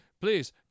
please